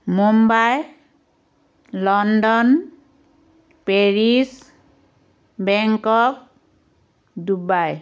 Mumbai London Paris Bangkok Dubai